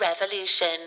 Revolution